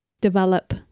develop